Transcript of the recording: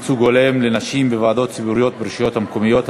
ייצוג הולם לנשים בוועדות ציבוריות ברשויות המקומיות),